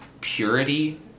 purity